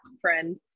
friend